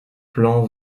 plans